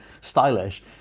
stylish